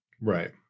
Right